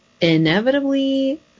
inevitably